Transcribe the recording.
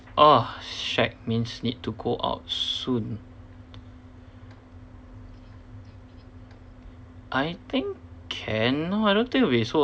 orh shag means need to go out soon I think cannot I don't think it'll be so